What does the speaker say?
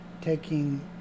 taking